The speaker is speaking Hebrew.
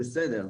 בסדר,